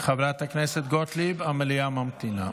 חברת הכנסת גוטליב, המליאה ממתינה.